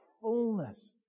fullness